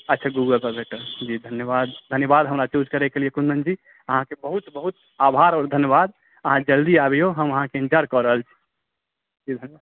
अच्छा गुगल पर भेटल जी धन्यवाद धन्यवाद हमरा चुज करैके लिए कुन्दनजी अहाँकेँ बहुत बहुत आभार आ धन्यवाद अहाँ जल्दी आबिऔ हम अहाँकेॅं इन्तजार कऽरहल छी जी धन्यवाद